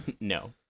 No